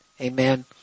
amen